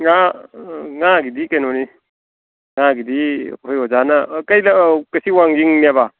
ꯉꯥꯒꯤꯗꯤ ꯀꯩꯅꯣꯅꯤ ꯉꯥꯒꯤꯗꯤ ꯑꯩꯈꯣꯏ ꯑꯣꯖꯥꯅ ꯁꯤ ꯋꯥꯡꯖꯤꯡꯅꯦꯕ